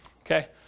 Okay